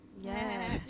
Yes